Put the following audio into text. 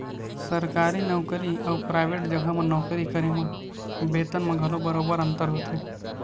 सरकारी नउकरी अउ पराइवेट जघा म नौकरी करे म बेतन म घलो बरोबर अंतर होथे